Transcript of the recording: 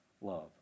love